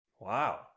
Wow